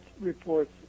reports